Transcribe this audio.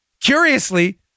curiously